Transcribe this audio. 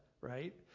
right